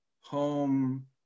home